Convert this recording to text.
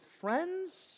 friends